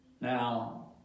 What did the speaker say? Now